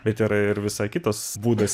bet yra ir visai kitas būdas